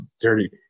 dirty